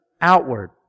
outward